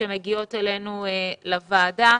שמגיעות אלינו לוועדה.